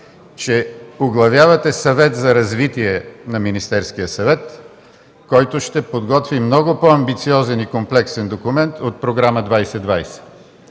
че оглавявате Съвет за развитие на Министерския съвет, който ще подготви много по-амбициозен и комплексен документ от Програма 2020,